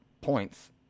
points